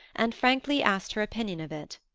and frankly asked her opinion of it.